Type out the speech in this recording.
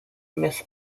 miss